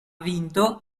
vinto